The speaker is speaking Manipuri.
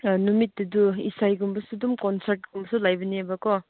ꯅꯨꯃꯤꯠꯇꯨꯗꯁꯨ ꯏꯁꯩꯒꯨꯝꯕꯁꯨ ꯑꯗꯨꯝ ꯀꯣꯟꯁ꯭ꯔꯠꯀꯨꯝꯕꯁꯨ ꯂꯩꯕꯅꯦꯕꯀꯣ